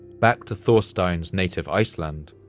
back to thor so tein's native iceland.